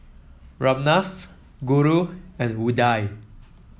Ramnath Guru and Udai